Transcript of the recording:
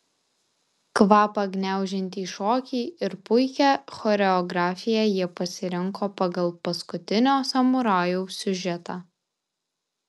kvapą gniaužiantį šokį ir puikią choreografiją jie pasirinko pagal paskutinio samurajaus siužetą